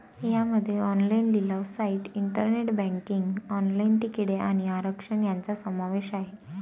यामध्ये ऑनलाइन लिलाव site, internet banking, online तिकिटे आणि आरक्षण यांचा समावेश आहे